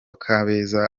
kabeza